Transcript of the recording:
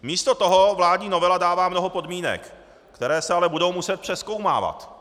Místo toho vládní novela dává mnoho podmínek, které se ale budou muset přezkoumávat.